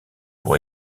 pour